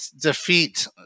defeat